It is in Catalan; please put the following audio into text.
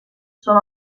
són